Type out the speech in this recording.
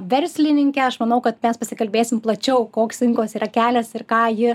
verslininkė aš manau kad mes pasikalbėsim plačiau koks ingos yra kelias ir ką ji